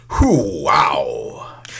wow